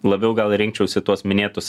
labiau gal rinkčiausi tuos minėtus